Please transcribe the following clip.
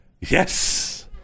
Yes